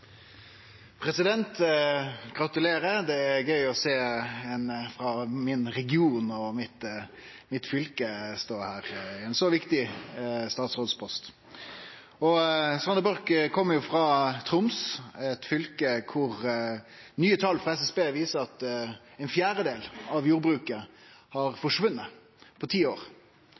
å sjå ein frå min region og mitt fylke stå her i ein så viktig statsrådspost. Sandra Borch kjem frå Troms, eit fylke der nye tal frå SSB viser at ein fjerdedel av jordbruket har forsvunne på ti år